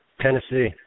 Tennessee